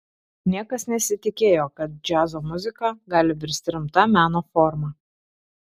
niekas nesitikėjo kad džiazo muzika gali virsti rimta meno forma